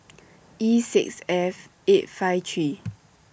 E six F eight five three